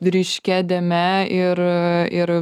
ryškia dėme ir ir